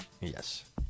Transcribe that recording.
Yes